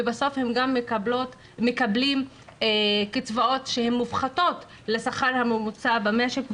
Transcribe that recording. ובסוף הם גם מקבלים קצבאות מופחתות יחסית לשכר הממוצע במשק.